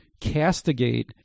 castigate